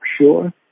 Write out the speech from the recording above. sure